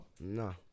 No